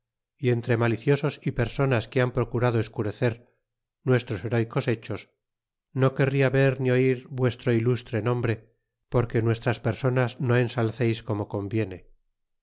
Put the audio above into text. y entre maliciosos y personas que han procurado escurecer nuestros bereycos hechos no querria ver ni oir vuestro ilustre nombre porque nuestras personas no ensalceis como conviene